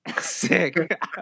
Sick